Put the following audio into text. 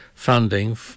funding